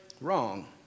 wrong